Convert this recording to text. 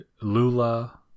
Lula